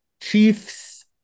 Chiefs